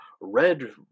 red